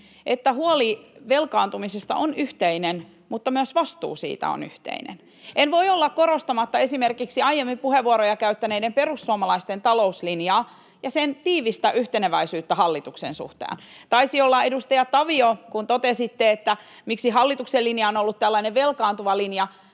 että huoli velkaantumisesta on yhteinen mutta myös vastuu siitä on yhteinen. En voi olla korostamatta esimerkiksi aiemmin puheenvuoroja käyttäneiden perussuomalaisten talouslinjaa ja sen tiivistä yhteneväisyyttä hallituksen suhteen. Taisi olla edustaja Tavio, joka totesi, että miksi hallituksen linja on ollut tällainen velkaantuva linja.